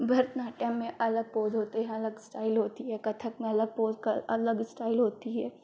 भरतनाट्यम में अलग पोज़ होते हैं अलग स्टाइल होता है कथक में अलग पोज़ अलग स्टाइल होता है